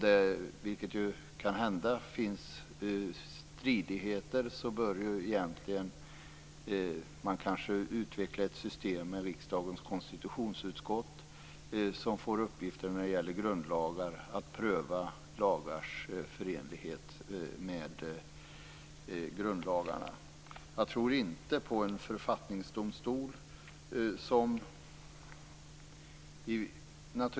Ett system borde kanske utvecklas som innebär att riksdagens konstitutionsutskott i samband med stridigheter, som ju kan uppstå, får i uppgift att pröva lagars förenlighet med grundlagarna. Jag tror inte på en författningsdomstol.